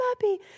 puppy